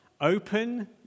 Open